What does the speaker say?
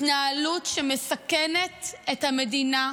התנהלות שמסכנת את המדינה,